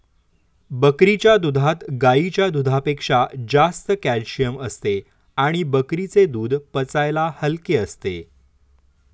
बकरीच्या दुधात गाईच्या दुधापेक्षा जास्त कॅल्शिअम असते आणि बकरीचे दूध पचायला हलके असते